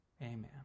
Amen